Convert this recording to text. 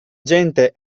gente